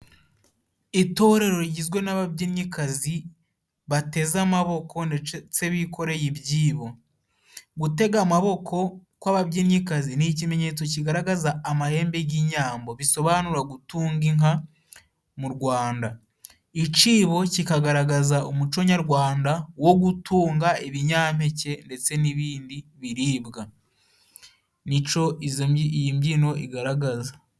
Itorero rigizwe n'ababyinnyikazi bateze amaboko, ndetse bikoreye ibyibo. Gutega amaboko kw'ababyinnyikazi ni ikimenyetso kigaragaza amahembe g'inyambo, bisobanura gutunga inka mu Rwanda. Icibo kikagaragaza umuco nyarwanda wo gutunga ibinyampeke, ndetse n'ibindi biribwa. Nico iyi mbyino igaragaza.